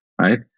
right